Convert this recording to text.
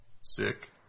Sick